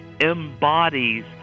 embodies